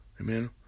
Amen